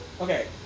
Okay